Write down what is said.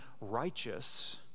righteous